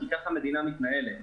כי ככה המדינה מתנהלת.